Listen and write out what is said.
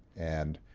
and